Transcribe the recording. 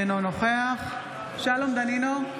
אינו נוכח שלום דנינו,